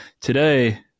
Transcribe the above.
today